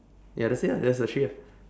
ya that's it ah that's the three lah